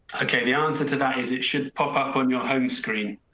ok, the answer to that is it should pop up on your home screen.